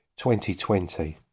2020